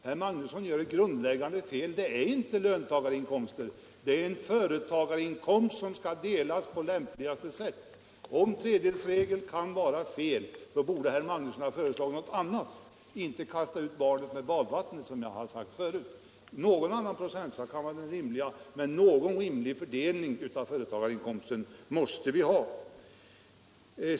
Herr Magnusson gör ett grundläggande fel — det är inte löntagarinkomster, det är en företagarinkomst som skall delas på lämpligaste sätt. Om tredjedelsregeln är fel borde herr Magnusson ha föreslagit något annat och inte kastat ut barnet med badvattnet, som jag har sagt förut. Någon rimlig fördelning av företagarinkomsten måste vi ha.